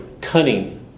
cunning